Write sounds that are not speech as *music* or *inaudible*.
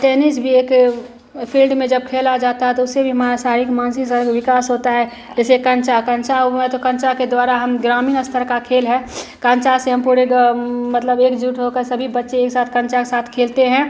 tennis भी एक field में जब खेला जाता है तो उससे भी हमारा शारीरिक मानसिक *unintelligible* विकास होता है जैसे कंचा कंचा हुऍं तो कंचा के द्वारा हम ग्रामीण स्तर का खेल है कंचों से हम पूरे मतलब एकजुट होकर सभी बच्चे एक साथ कंचा के साथ खेलते हैं